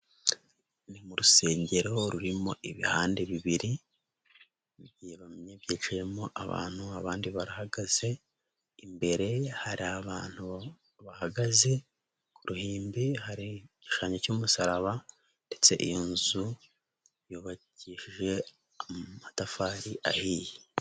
Ni mu rusengero rurimo ibihande bibiri, byicayemo abantu, abandi bahagaze, imbere hari abantu bahagaze ku ruhimbi, hari igishushanyo cy'umusaraba, ndetse iyo nzu yubakishije amatafari ahiye.